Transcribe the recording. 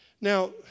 Now